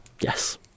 yes